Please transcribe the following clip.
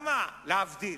להבדיל,